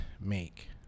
make